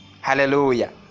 Hallelujah